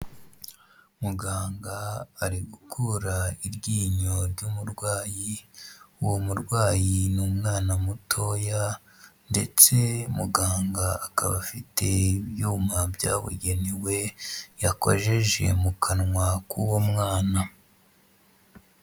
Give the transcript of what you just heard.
Muganga ari gukura iryinyo ry'umurwayi, uwo murwayi ni umwana mutoya ndetse muganga akaba afite ibyuma byabugenewe yakojeje mu kanwa k'uwo mwana.